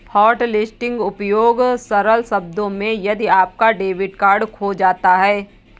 hotlisting उपयोग सरल शब्दों में यदि आपका डेबिट कार्ड खो जाता है